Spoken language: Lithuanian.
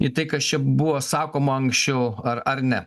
į tai kas čia buvo sakoma anksčiau ar ar ne